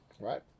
right